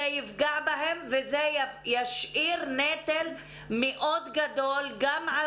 זה יפגע בהן וזה ישאיר נטל מאוד גדול גם על